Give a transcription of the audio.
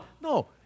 No